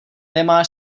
nemá